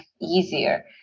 easier